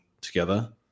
together